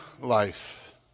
life